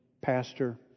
pastor